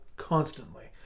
Constantly